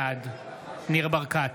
בעד ניר ברקת,